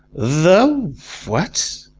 the what?